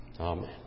Amen